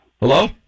Hello